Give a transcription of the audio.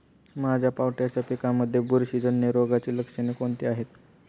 माझ्या पावट्याच्या पिकांमध्ये बुरशीजन्य रोगाची लक्षणे कोणती आहेत?